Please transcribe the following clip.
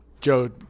Joe